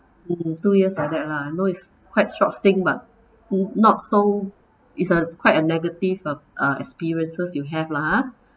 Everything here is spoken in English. mm two years like that lah no it's quite short stint but n~ not so is a quite a negative of uh experiences you have lah